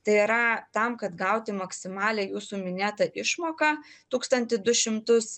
tai yra tam kad gauti maksimalią jūsų minėtą išmoką tūkstantį du šimtus